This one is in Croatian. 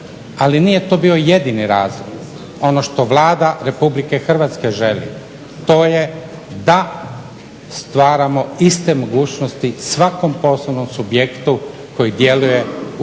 Ali nije to bio jedini razlog, ono što Vlada Republike Hrvatske želi to je da stvaramo iste mogućnosti svakom poslovnom subjektu koji djeluje u